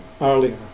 earlier